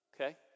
Okay